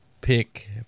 pick